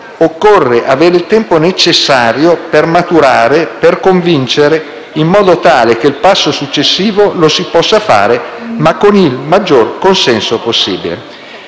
occorre avere il tempo necessario per maturare, per convincere, in modo tale che il passo successivo lo si possa fare ma con il maggior consenso possibile».